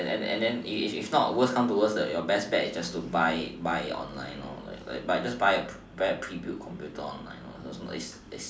and then then if if not worse come to worst your best bet is just to buy buy it online like just buy buy a pre built computer online